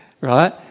right